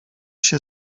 się